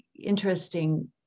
interesting